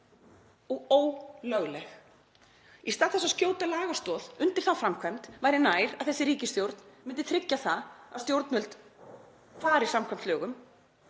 og ólögleg. Í stað þess að skjóta lagastoð undir þá framkvæmd væri nær að þessi ríkisstjórn myndi tryggja það að stjórnvöld fari samkvæmt lögum